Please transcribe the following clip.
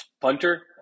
punter